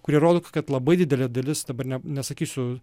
kurie rodo kad labai didelė dalis dabar ne nesakysiu